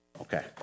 Okay